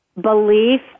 belief